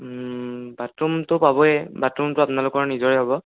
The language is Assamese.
ওম বাথৰুমতো পাবই বাথৰুমটো আপোনালোকৰ নিজৰে হ'ব